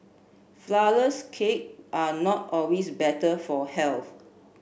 flourless cake are not always better for health